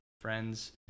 friends